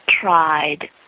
tried